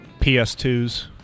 PS2s